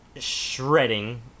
shredding